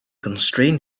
constrain